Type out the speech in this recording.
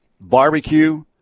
barbecue